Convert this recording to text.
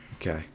Okay